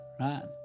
right